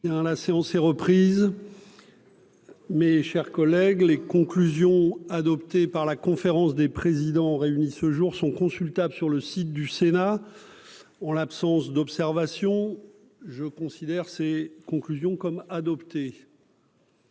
La séance est reprise. Mais, chers collègues, les conclusions adoptées par la conférence des présidents, réunie ce jour sont consultables sur le site du Sénat, en l'absence d'observation, je considère ces conclusions comme adopté.